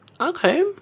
Okay